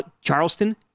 Charleston